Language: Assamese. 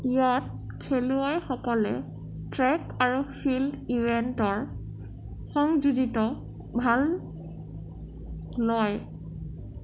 ইয়াত খেলুৱৈসকলে ট্ৰেক আৰু ফিল্ড ইভেন্টৰ সংযুতিত ভাল লয়